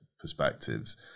perspectives